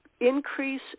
increase